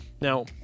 Now